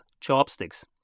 chopsticks